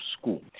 school